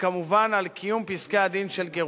וכמובן על קיום פסקי-הדין של גירושין.